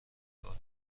کار